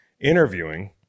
interviewing